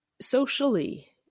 Socially